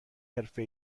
حرفه